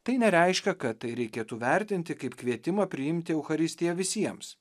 tai nereiškia kad tai reikėtų vertinti kaip kvietimą priimti eucharistiją visiems